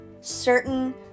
certain